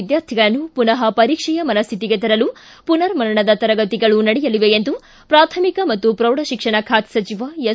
ವಿದ್ಯಾರ್ಥಿಗಳನ್ನು ಪುನಃ ಪರೀಕ್ಷೆಯ ಮನಸ್ವಿತಿಗೆ ತರಲು ಪುನರ್ ಮನನದ ತರಗತಿಗಳು ನಡೆಯಲಿವೆ ಎಂದು ಪೂಥಮಿಕ ಮತ್ತು ಪ್ರೌಢಶಿಕ್ಷಣ ಖಾತೆ ಸಚಿವ ಎಸ್